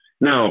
Now